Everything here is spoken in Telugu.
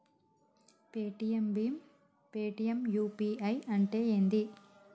పేటిఎమ్ భీమ్ పేటిఎమ్ యూ.పీ.ఐ అంటే ఏంది?